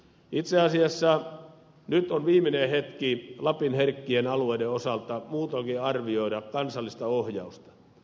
itse asiassa nyt on viimeinen hetki lapin herkkien alueiden osalta muutoinkin arvioida kansallista ohjausta